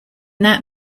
that